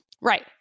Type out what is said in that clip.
Right